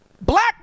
black